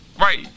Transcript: Right